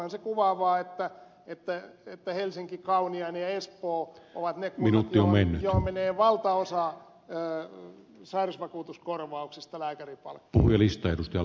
onhan se kuvaavaa että helsinki kauniainen ja espoo ovat ne kunnat joihin menee valtaosa lääkäripalkkioiden sairausvakuutuskorvauksista